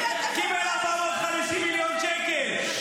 הוא קיבל 450 מיליון שקלים,